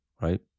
right